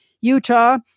Utah